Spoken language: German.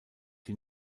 die